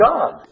God